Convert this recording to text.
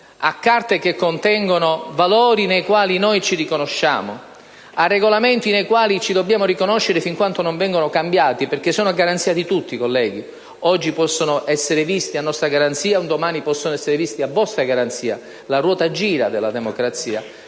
di Carte che contengono valori nei quali noi ci riconosciamo e di Regolamenti nei quali ci dobbiamo riconoscere fin quando non vengono cambiati, perché sono a garanzia di tutti, colleghi (oggi possono essere visti a nostra garanzia, un domani possono essere visti a vostra garanzia, la ruota della democrazia